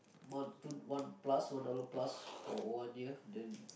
one two one plus four dollar plus for o_r_d ah then